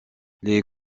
les